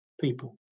people